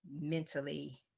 Mentally